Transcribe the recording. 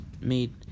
made